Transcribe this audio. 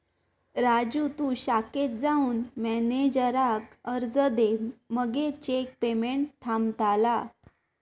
राजू तु शाखेत जाऊन मॅनेजराक अर्ज दे मगे चेक पेमेंट थांबतला